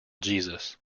jesus